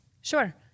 Sure